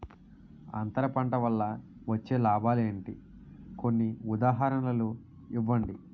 అంతర పంట వల్ల వచ్చే లాభాలు ఏంటి? కొన్ని ఉదాహరణలు ఇవ్వండి?